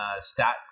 stat